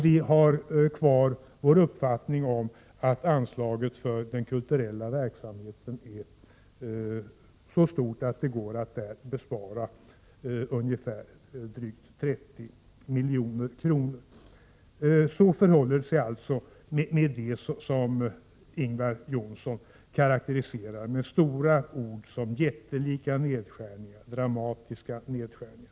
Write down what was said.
Vi har kvar vår uppfattning att anslaget för den kulturella verksamheten är så stort att det där går att spara drygt 30 milj.kr. Så förhåller det sig alltså med det som Ingvar Johnsson karakteriserar med stora ord som ”jättelika nedskärningar” och ”dramatiska nedskärningar”.